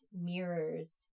mirrors